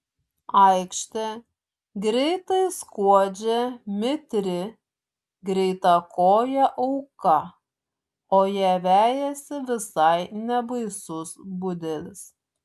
aikšte greitai skuodžia mitri greitakojė auka o ją vejasi visai nebaisus budelis